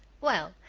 well,